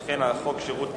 על כן, חוק שירות